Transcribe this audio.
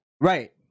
Right